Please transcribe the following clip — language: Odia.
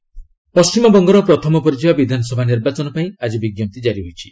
ଡବ୍ ବି ନୋଟିଫିକେସନ୍ ପଶ୍ଚିମବଙ୍ଗର ପ୍ରଥମ ପର୍ଯ୍ୟାୟ ବିଧାନସଭା ନିର୍ବାଚନ ପାଇଁ ଆଜି ବିଜ୍ଞପ୍ତି ଜାରି ହୋଇଛି